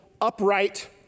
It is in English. upright